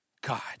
God